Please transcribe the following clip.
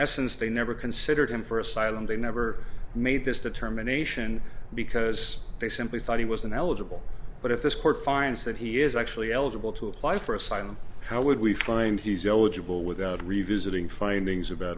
essence they never considered for asylum they never made this determination because they simply thought he was ineligible but if this court finds that he is actually eligible to apply for asylum how would we find he's eligible without revisiting findings about